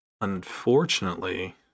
Unfortunately